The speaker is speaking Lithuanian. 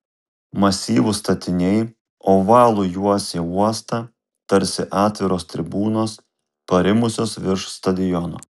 masyvūs statiniai ovalu juosė uostą tarsi atviros tribūnos parimusios virš stadiono